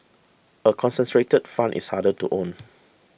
a concentrated fund is harder to own